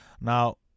Now